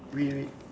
wait wait